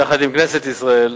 יחד עם כנסת ישראל,